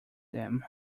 them